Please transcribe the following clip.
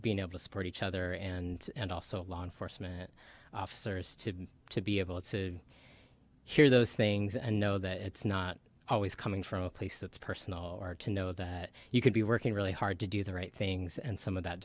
being able to support each other and and also law enforcement officers to to be able to hear those things and know that it's not always coming from a place that's personal or to know that you could be working really hard to do the right things and some